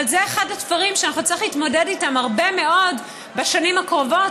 אבל זה אחד התפרים שאנחנו נצטרך להתמודד איתם הרבה מאוד בשנים הקרובות,